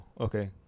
okay